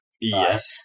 yes